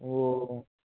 ও